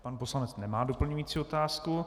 Pan poslanec nemá doplňující otázku.